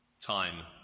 time